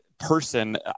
person